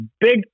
big